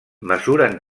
mesuren